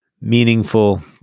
meaningful